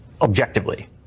objectively